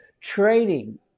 training